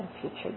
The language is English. future